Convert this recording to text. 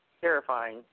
terrifying